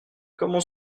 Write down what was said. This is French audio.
comment